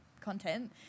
content